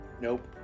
Nope